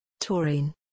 Taurine